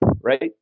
right